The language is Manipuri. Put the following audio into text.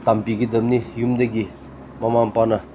ꯇꯝꯕꯤꯒꯗꯝꯅꯤ ꯌꯨꯝꯗꯒꯤ ꯃꯃꯥ ꯃꯄꯥꯅ